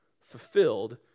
fulfilled